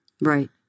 Right